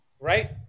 Right